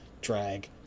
Drag